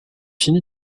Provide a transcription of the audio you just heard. fini